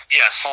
yes